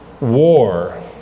war